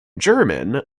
german